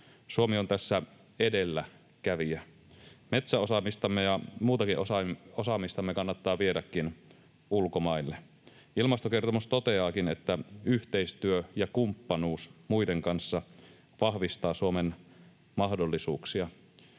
Suomi on tässä edelläkävijä. Metsäosaamistamme ja muutakin osaamistamme kannattaakin viedä ulkomaille. Ilmastokertomus toteaakin, että yhteistyö ja kumppanuus muiden kanssa vahvistaa Suomen mahdollisuuksia.